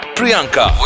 Priyanka